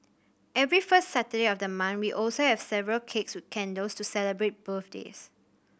every first Saturday of the month we also have several cakes with candles to celebrate birthdays